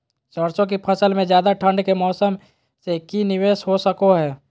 सरसों की फसल में ज्यादा ठंड के मौसम से की निवेस हो सको हय?